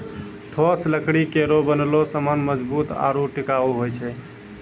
ठोस लकड़ी केरो बनलो सामान मजबूत आरु टिकाऊ होय छै